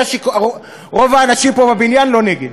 אני יודע שרוב האנשים פה בבניין לא נגד.